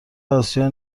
آسیا